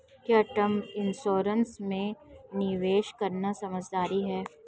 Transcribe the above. क्या term insurance में निवेश करना समझदारी है?